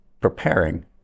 preparing